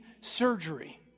surgery